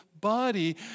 body